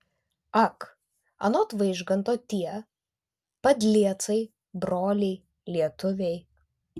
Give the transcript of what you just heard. ak anot vaižganto tie padliecai broliai lietuviai